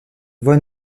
von